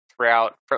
throughout